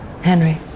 Henry